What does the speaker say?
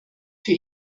für